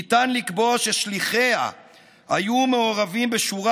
ניתן לקבוע ששליחיה היו מעורבים בשורה